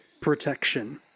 protection